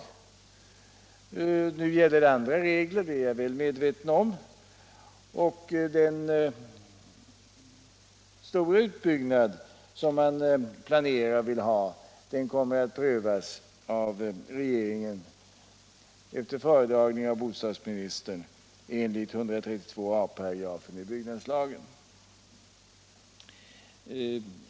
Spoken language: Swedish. Jag är väl medveten om att det nu gäller andra regler och att den stora utbyggnad som man planerar kommer att prövas av regeringen efter föredragning av bostadsministern enligt 136 a § byggnadslagen.